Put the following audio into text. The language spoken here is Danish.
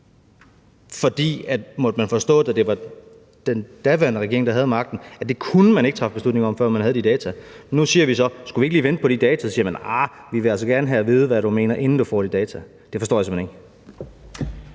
man – måtte vi forstå, da det var den daværende regering, der havde magten – ikke kunne træffe beslutninger om det, før man havde de data. Nu siger vi så: Skal vi ikke lige vente på de data? Og så siger man: Vi vil altså gerne have at vide, hvad du mener, inden du får de data. Det forstår jeg simpelt hen ikke.